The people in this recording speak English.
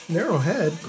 Narrowhead